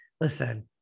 listen